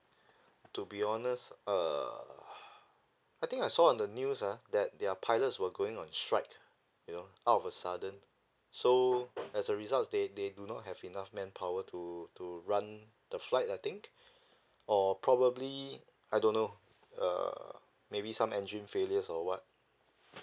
to be honest err I think I saw on the news ah that their pilots were going on strike you know out of a sudden so as a result they they do not have enough manpower to to run the flight I think or probably I don't know err maybe some engine failures or what